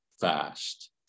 fast